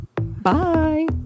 Bye